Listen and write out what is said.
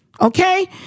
Okay